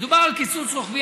מדובר על קיצוץ רוחבי.